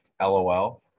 LOL